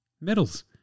medals